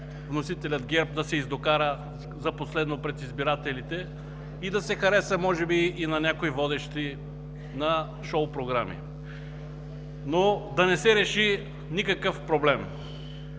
вносителят ГЕРБ да се издокара за последно пред избирателите и да се хареса може би и на някои водещи на шоу-програми, но да не се реши никакъв проблем.